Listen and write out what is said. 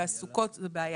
תעסוקות זה בעיה.